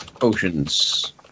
oceans